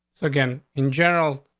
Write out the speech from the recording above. so again in general,